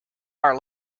our